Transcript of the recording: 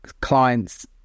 clients